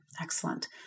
excellent